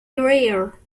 greer